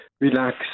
relax